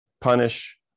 punish